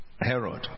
Herod